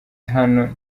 hano